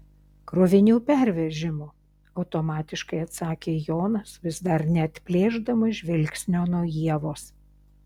krovinių pervežimu automatiškai atsakė jonas vis dar neatplėšdamas žvilgsnio nuo ievos